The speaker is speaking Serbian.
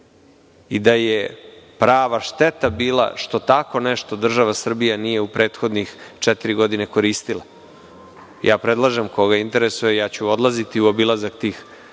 Prava je šteta bila što tako nešto država Srbija nije u prethodnih četiri godine koristila. Predlažem, koga interesuje, odlaziću u obilazak tih